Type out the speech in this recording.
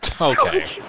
Okay